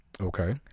Okay